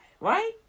right